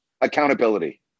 Accountability